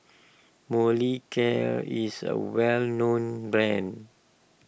Molicare is a well known brand